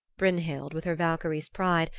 brynhild, with her valkyrie's pride,